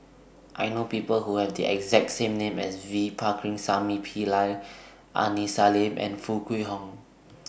I know People Who Have The exact same name as V Pakirisamy Pillai Aini Salim and Foo Kwee Horng